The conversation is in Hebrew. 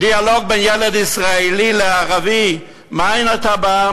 דיאלוג בין ילד ישראלי לערבי: מאין אתה בא?